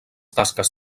tasques